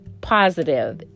positive